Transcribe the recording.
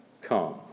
come